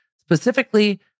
Specifically